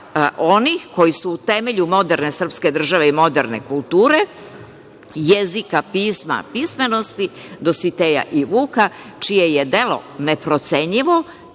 onih koji su u temelju moderne srpske države i moderne kulture, jezika, pisma, pismenosti Dositeja i Vuka, čije je delo neprocenjivo,